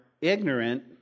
ignorant